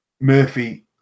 Murphy